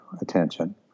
attention